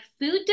food